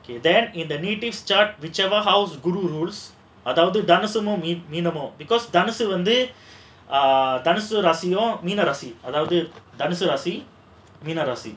okay then in the native start whichever house guru rules அதாவது தனுசமும் மீனமும்:adhaavathu thanusamum meenamum because தனுசம் வந்துதனு சராசியும் மீனராசியும் அதாவதுதனு சராசி மீனராசி:thanusam vandhu thanusa rasiyum meena rasiyum adhaavathu thanusa raasi meena raasi